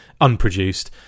unproduced